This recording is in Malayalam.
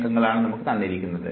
അപ്പോൾ 3 ത്രീ ട്രീ മരമായിരുന്നു